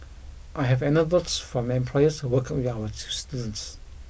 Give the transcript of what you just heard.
I have anecdotes from employers who work with our students